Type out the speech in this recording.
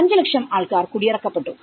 5 ലക്ഷം ആൾക്കാർ കുടിയിറക്കപ്പെട്ടു